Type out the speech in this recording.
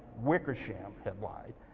wickersham had lied.